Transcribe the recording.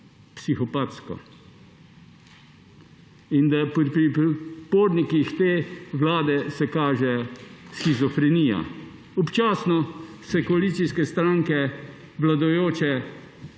psihopatsko in da se pri podpornikih te vlade kaže shizofrenija. Občasno koalicijske stranke vladajoče